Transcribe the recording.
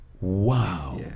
wow